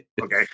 Okay